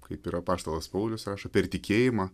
kaip ir apaštalas paulius rašo per tikėjimą